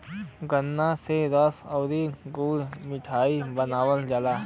गन्रा से रस आउर गुड़ मिठाई बनावल जाला